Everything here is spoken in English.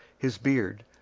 his beard,